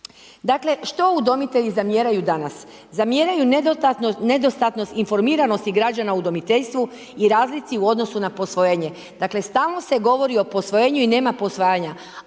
Dakle što udomitelji zamjeraju danas? Zamjeraju nedostatnost informiranosti građana o udomiteljstvo i razlici u odnosu na posvojenje, dakle stalno se govori o posvojenju i nema posvajanja,